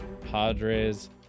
Padres